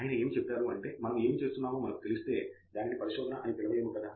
ఆయన ఏమి చెప్పారు అంటే "మనము ఏమి చేస్తున్నామో మనకు తెలిస్తే దానిని పరిశోధన అని పిలవలేము కదా"